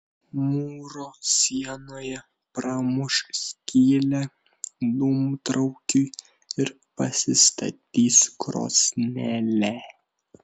mūro sienoje pramuš skylę dūmtraukiui ir pasistatys krosnelę